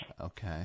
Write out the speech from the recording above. Okay